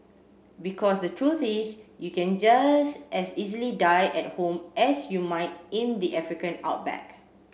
because the truth is you can just as easily die at home as you might in the African outback